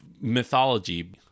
mythology